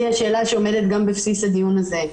זו השאלה שעומדת גם בבסיס הדיון הזה.